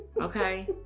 Okay